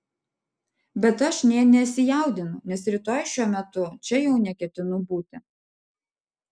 bet aš nė nesijaudinu nes rytoj šiuo metu čia jau neketinu būti